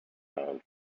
pound